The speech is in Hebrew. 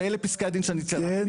ואלה פסקי הדין שאני צירפתי.